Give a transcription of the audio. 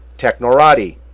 Technorati